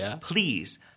please